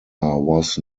was